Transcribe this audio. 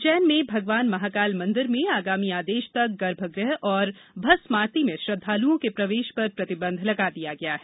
उज्जैन में भगवान महाकाल मंदिर में आगामी आदेश तक गर्भग्रह और भस्म आरती में श्रद्वालुओं के प्रवेश पर प्रतिबंध लगा दिया गया है